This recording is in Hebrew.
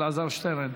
אלעזר שטרן,